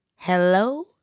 hello